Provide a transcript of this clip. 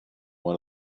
one